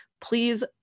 please